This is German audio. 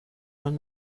von